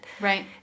Right